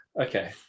okay